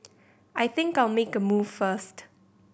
I think I'll make a move first